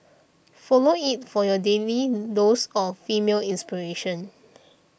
follow it for your daily dose of female inspiration